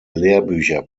lehrbücher